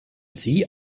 sie